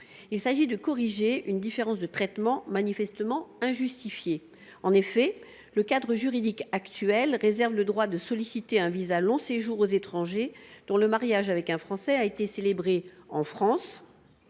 Il s’agit de corriger une différence de traitement manifestement injustifiée. En effet, le cadre juridique actuel réserve le droit de solliciter un visa de long séjour aux étrangers dont le mariage avec un Français a été célébré en France